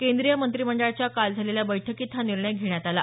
केंद्रीय मंत्रिमंडळाच्या काल झालेल्या बैठकीत हा निर्णय घेण्यात आला